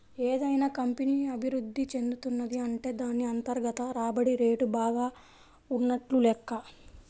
ఏదైనా కంపెనీ అభిరుద్ధి చెందుతున్నది అంటే దాన్ని అంతర్గత రాబడి రేటు బాగా ఉన్నట్లు లెక్క